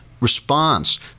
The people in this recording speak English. response